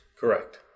Correct